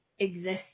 exist